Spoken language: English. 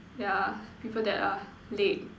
yeah people that are late